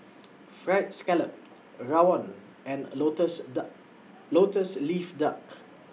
Fried Scallop Rawon and Lotus Lotus Leaf Duck